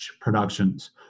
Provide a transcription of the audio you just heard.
Productions